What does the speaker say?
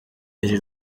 iri